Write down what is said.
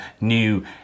new